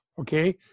okay